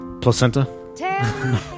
Placenta